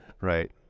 right